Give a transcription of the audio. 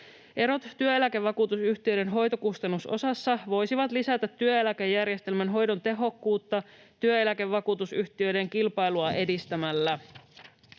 Erot työeläkevakuutusyhtiöiden hoitokustannusosassa voisivat lisätä työeläkejärjestelmän hoidon tehokkuutta työeläkevakuutusyhtiöiden kilpailua edistämällä.